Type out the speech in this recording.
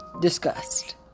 discussed